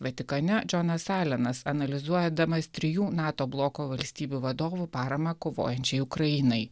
vatikane džonas alenas analizuodamas trijų nato bloko valstybių vadovų paramą kovojančiai ukrainai